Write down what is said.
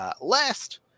Last